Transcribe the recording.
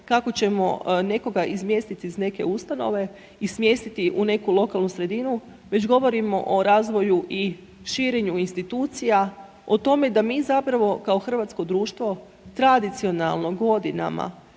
kako ćemo nekoga izmjestiti iz neke ustanove i smjestiti u neku lokalnu sredinu, već govorimo o razvoju i širenju institucija, o tome da mi zapravo kao hrvatsko društvo tradicionalno godinama,